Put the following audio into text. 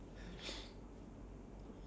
so it's like you uh